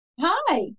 Hi